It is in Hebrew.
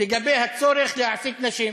לגבי הצורך להעסיק נשים